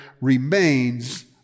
remains